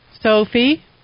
Sophie